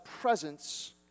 presence